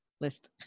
list